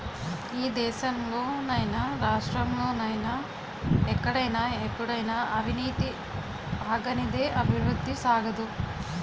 ఈ దేశంలో నైనా రాష్ట్రంలో నైనా ఎక్కడైనా ఎప్పుడైనా అవినీతి ఆగనిదే అభివృద్ధి సాగదు